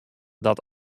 dat